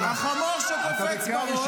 אז תשאלו אותי -- יפה, החמור שקופץ בראש.